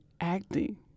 acting